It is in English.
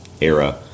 era